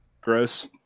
gross